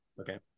Okay